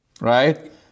Right